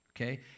okay